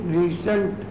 recent